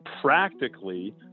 practically